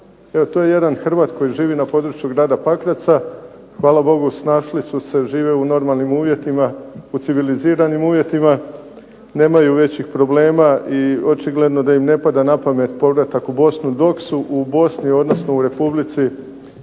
To je jedan Hrvat koji živi na području grada Pakraca, hvala Bogu snašli su se žive u normalnim uvjetima, u civiliziranim uvjetima, nemaju većih problema i očigledno da im ne pada na pamet povratak u Bosnu dok su u Bosni, odnosno Republici